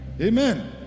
Amen